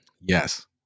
yes